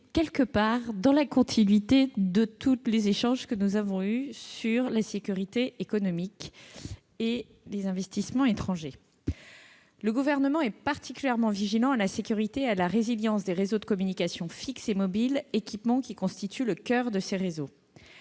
sommes donc dans la continuité des échanges que nous venons d'avoir sur la sécurité économique et les investissements étrangers. Le Gouvernement est particulièrement vigilant à la sécurité et à la résilience des réseaux de communications fixes et mobiles et aux équipements qui constituent le coeur de ces réseaux.